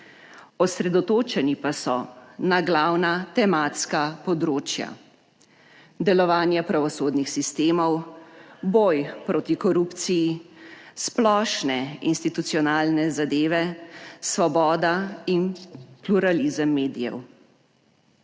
osredotočeni pa so na glavna tematska področja; delovanja pravosodnih sistemov, boj proti korupciji, splošne institucionalne zadeve, svoboda in pluralizem medijev.